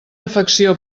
afecció